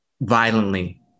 violently